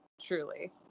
Truly